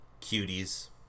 cuties